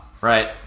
Right